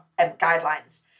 guidelines